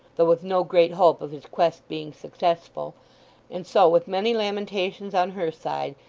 though with no great hope of his quest being successful and so with many lamentations on her side,